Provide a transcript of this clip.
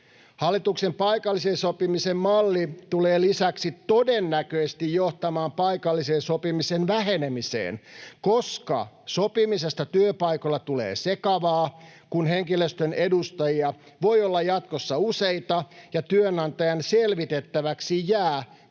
Hallituksen paikallisen sopimisen malli tulee lisäksi todennäköisesti johtamaan paikallisen sopimisen vähenemiseen, koska sopimisesta työpaikoilla tulee sekavaa, kun henkilöstön edustajia voi olla jatkossa useita ja työnantajan selvitettäväksi jää, kuka